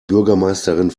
bürgermeisterin